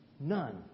None